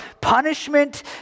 punishment